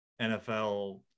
NFL